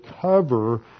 cover